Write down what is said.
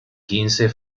quince